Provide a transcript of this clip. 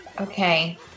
Okay